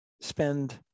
spend